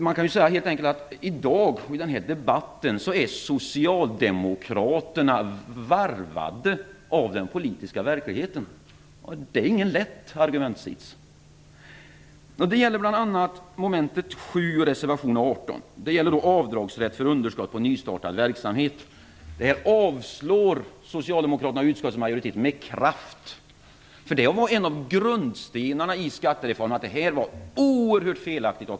Man kan helt enkelt säga att Socialdemokraterna är varvade av den politiska verkligheten i dagens debatt. Det är ingen lätt argumentsits. Det gäller bl.a. mom 7 och reservation 18. Den gäller avdragsrätt för underskott på nystartad verksamhet. Socialdemokraterna i utskottsmajoriteten avslår detta förslag med kraft. En av grundstenarna i skattereformen var att kvittningsrätt var oerhört felaktigt.